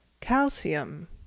Calcium